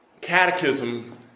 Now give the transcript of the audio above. catechism